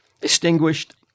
distinguished